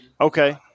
Okay